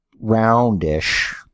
roundish